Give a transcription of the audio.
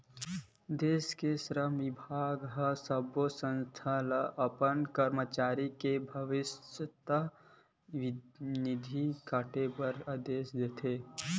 देस के श्रम बिभाग ह सब्बो संस्था ल अपन करमचारी के भविस्य निधि काटे बर आदेस देथे